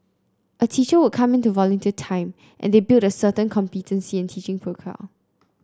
a teacher would come in to volunteer time and they build a certain competency and teaching profile